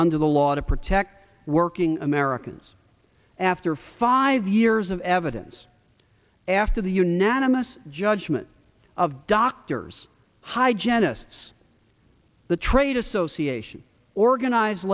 under the law to protect working americans after five years of evidence after the unanimous judgment of doctors hi janice the trade association organized